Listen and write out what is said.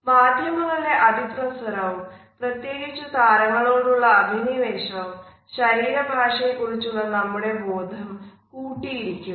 മാധ്യമങ്ങളുടെ അതിപ്രസരവും പ്രത്യേകിച്ച് താരങ്ങളോടുള്ള അഭിനിവേശം ശരീരഭാഷയെ കുറിച്ചുള്ള നമ്മുടെ ബോധം കൂട്ടിയിരിക്കുന്നു